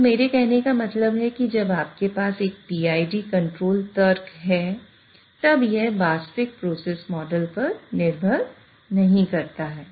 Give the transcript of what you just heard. तो मेरे कहने का मतलब है कि जब आपके पास एक PID कंट्रोल तर्क पर निर्भर नहीं करता है